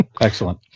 Excellent